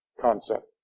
concept